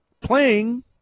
playing